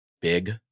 Big